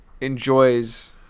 enjoys